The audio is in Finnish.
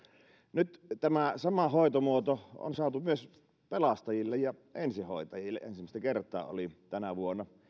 nyt tämä sama hoitomuoto on saatu myös pelastajille ja ensihoitajille ensimmäistä kertaa olin siellä tänä vuonna